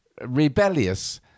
rebellious